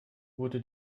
wurde